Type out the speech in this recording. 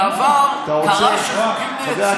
בעבר קרה שחוקים נעצרו, לא כולם.